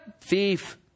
Thief